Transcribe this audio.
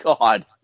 God